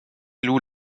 loue